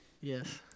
Yes